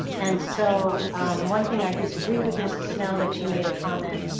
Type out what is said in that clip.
and so one thing i disagree with mrs. snell, that she made a comment,